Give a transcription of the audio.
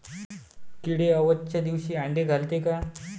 किडे अवसच्या दिवशी आंडे घालते का?